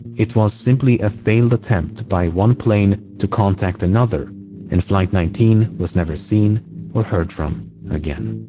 it was simply a failed attempt by one plane to contact another and flight nineteen was never seen or heard from again.